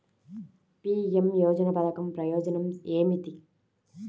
PM యోజన పధకం ప్రయోజనం ఏమితి?